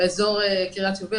באזור קרית יובל,